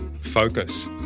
Focus